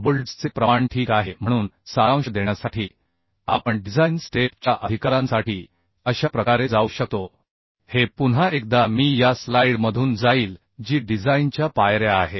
बोल्ट्सचे प्रमाण ठीक आहे म्हणून सारांश देण्यासाठी आपण डिझाइन स्टेप च्या अधिकारांसाठी अशा प्रकारे जाऊ शकतो हे पुन्हा एकदा मी या स्लाइडमधून जाईल जी डिझाइनच्या पायऱ्या आहेत